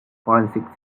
forensic